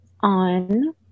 on